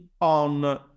on